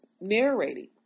narrating